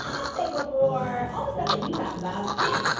i'm thankful for all the stuff that you talked about and